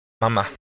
mama